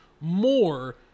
more